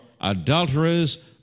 adulterers